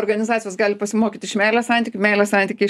organizacijos gali pasimokyti iš meilės santykių meilės santykiai